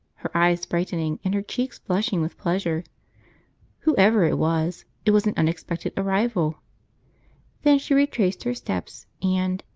her eyes brightening and her cheeks flushing with pleasure whoever it was, it was an unexpected arrival then she retraced her steps and,